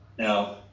Now